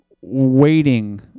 waiting